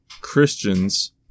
Christians